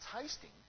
tasting